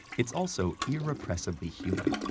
it's also irrepressibly human,